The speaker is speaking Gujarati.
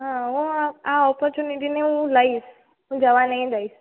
હાં હું આ આ ઓપોરચુનીટીને હું લઇશ હું જવા નહીં દઇશ